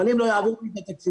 אבל אם לא יעבירו לי את התקציבים,